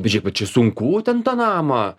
bet žėk va čia sunku ten tą namą